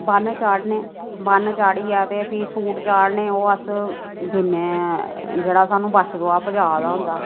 बन्न चाढ़ने बन्न चाढ़ियै ते फ्ही सूट चाढ़ने ओह् अस दिन्ने जेह्ड़ा सानूं बच्छ दुआऽ पजाऽ दा होंदा